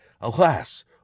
alas